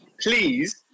please